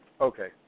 Okay